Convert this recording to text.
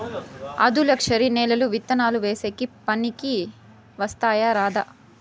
ఆధులుక్షరి నేలలు విత్తనాలు వేసేకి పనికి వస్తాయా రాదా?